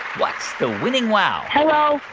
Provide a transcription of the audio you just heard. what's the winning wow? hello.